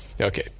Okay